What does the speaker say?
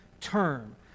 term